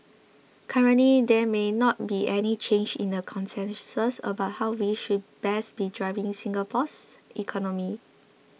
currently there may not be any change in the consensus about how we should best be driving Singapore's economy